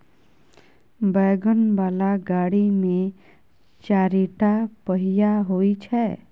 wagon बला गाड़ी मे चारिटा पहिया होइ छै